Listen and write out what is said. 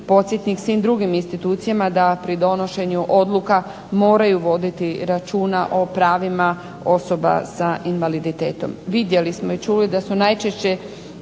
podsjetnik svim drugim institucijama da pri donošenju odluka moraju voditi računa o pravima osoba s invaliditetom. Vidjeli smo i čuli da su najčešće